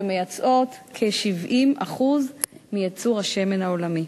שמייצאות כ-70% מייצור השמן העולמי.